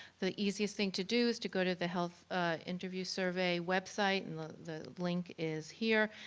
the easiest thing to do is to go to the health interview survey website and the link is here.